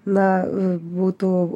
na būtų